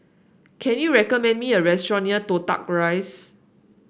can you recommend me a restaurant near Toh Tuck Rise